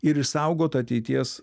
ir išsaugota ateities